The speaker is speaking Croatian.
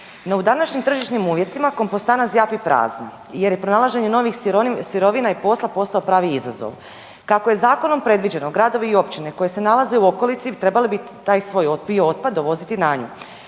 u današnjim tržišnim uvjetima kompostana zjapi prazna jer je pronalaženje novih sirovina i posla postao pravi izazov. Kako je zakonom predviđeno gradovi i općine koje se nalaze u okolici trebali bi taj svoj biootpad dovoziti na nju.